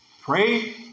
Pray